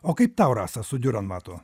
o kaip tau rasa su diurenmatu